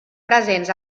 presents